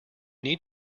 need